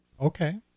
Okay